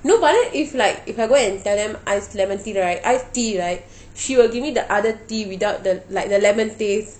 no but then if like if I go and tell them iced lemon tea right ice tea right she will give me the other tea without the like the lemon taste